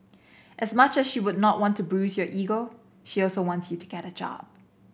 as much as she would not want to bruise your ego she also wants you to get a job